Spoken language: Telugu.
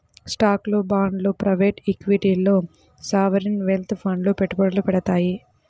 స్టాక్లు, బాండ్లు ప్రైవేట్ ఈక్విటీల్లో సావరీన్ వెల్త్ ఫండ్లు పెట్టుబడులు పెడతాయి